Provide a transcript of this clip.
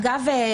אגב,